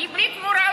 חברי חברי הכנסת,